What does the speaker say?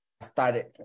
started